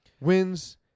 wins